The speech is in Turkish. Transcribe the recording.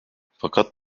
fakat